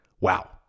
Wow